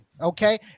Okay